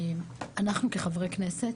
אנחנו כחברי כנסת